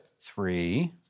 Three